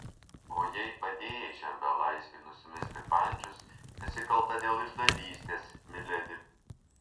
o jei padėjai šiam belaisviui nusimesti pančius esi kalta dėl išdavystės miledi